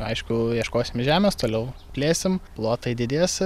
aišku ieškosim žemės toliau plėsim plotai didės